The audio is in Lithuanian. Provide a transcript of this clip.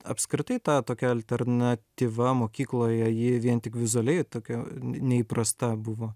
apskritai ta tokia alternatyva mokykloje ji vien tik vizualiai tokia n neįprasta buvo